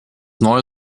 neue